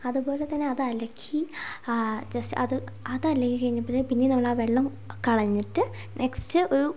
അതുപോലെതന്നെ അത് അലക്കി ജസ്റ്റ് അത് അത് അലക്കി കഴിഞ്ഞപ്പോൾത്തന്നെ പിന്നേയും നമ്മൾ ആ വെള്ളം കളഞ്ഞിട്ട് നെക്സ്റ്റ് ഒരു